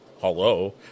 hello